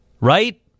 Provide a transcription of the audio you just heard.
right